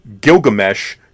Gilgamesh